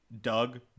Doug